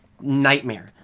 nightmare